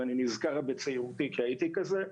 ואני נזכר בצעירותי כי הייתי כזה,